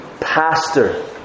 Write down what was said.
pastor